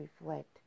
reflect